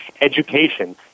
education